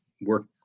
work